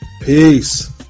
peace